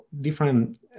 different